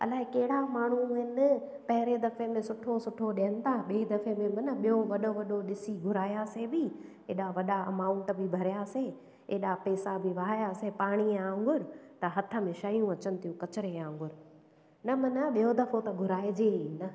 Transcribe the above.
अलाइ कहिड़ा माण्हू आहिनि पहिरें दफ़े में सुठो सुठो ॾियनि था ॿिए दफ़े में मना ॿियो वॾो वॾो ॾिसी घुरायासीं बि एॾा वॾा अमाउंट बि भरियासीं एॾा पेसा बि वहायासीं पाणीअ वांगुर त हथु में शयूं अचनि थियूं कचिरे वांगुर न मना ॿियो दफ़ो त घुराइजे ई न